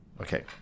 Okay